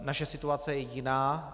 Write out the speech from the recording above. Naše situace je jiná.